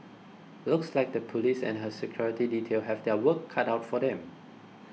looks like the police and her security detail have their work cut out for them